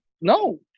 No